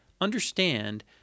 understand